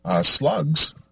slugs